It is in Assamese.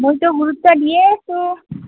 মইতো গুৰুত্ব দিয়ে আছোঁ